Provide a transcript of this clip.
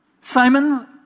Simon